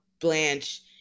Blanche